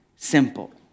Simple